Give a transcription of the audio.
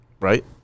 right